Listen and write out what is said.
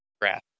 grass